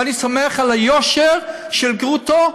ואני סומך על היושר של גרוטו,